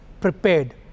prepared